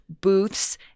booths